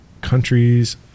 Countries